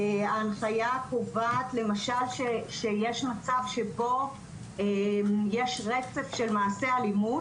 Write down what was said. ההנחיה קובעת למשל שיש מצב שבו יש רצף של מעשי אלימות,